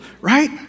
right